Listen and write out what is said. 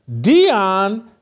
Dion